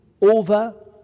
over